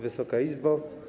Wysoka Izbo!